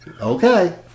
Okay